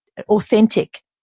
authentic